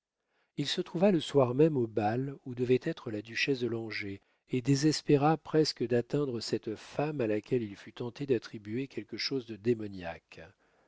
il se trouva le soir même au bal où devait être la duchesse de langeais et désespéra presque d'atteindre cette femme à laquelle il fut tenté d'attribuer quelque chose de démoniaque